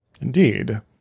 Indeed